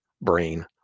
brain